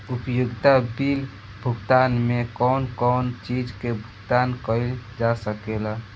उपयोगिता बिल भुगतान में कौन कौन चीज के भुगतान कइल जा सके ला?